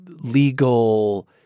legal